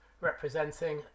representing